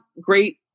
great